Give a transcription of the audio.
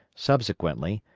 subsequently,